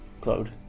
Claude